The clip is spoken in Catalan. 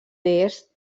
est